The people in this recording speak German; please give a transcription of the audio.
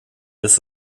ist